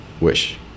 Wish